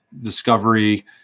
discovery